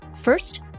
First